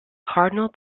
cardinal